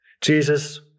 Jesus